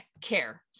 care